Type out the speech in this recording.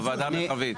בוועדה המרחבית.